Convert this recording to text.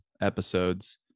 episodes